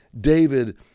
David